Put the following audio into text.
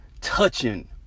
touching